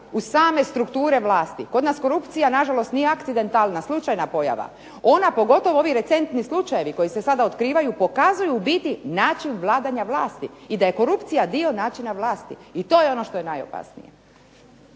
u same strukture vlasti. Kod nas korupcija na žalost nije akcidentalna, slučajna pojava. Ona pogotovo ovi recentni slučajevi koji se sada otkrivaju pokazuju u biti način vladanja vlasti, i da je korupcija dio načina vlasti, i to je ono što je najopasnije.